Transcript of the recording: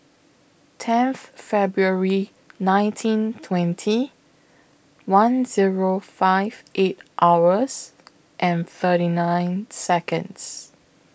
tenth February nineteen twenty one Zero five eight hours and thirty nine Seconds